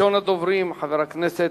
הצעות מס'